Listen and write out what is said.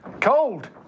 Cold